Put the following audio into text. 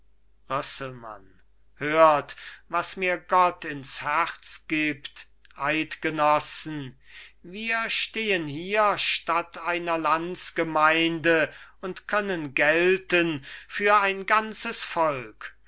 hört was mir gott ins herz gibt eidgenossen wir stehen hier statt einer landsgemeinde und können gelten für ein ganzes volk